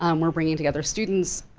um we're bringing together students,